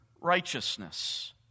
righteousness